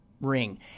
ring